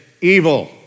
evil